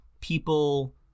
people